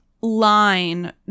line